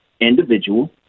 individual